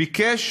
ביקש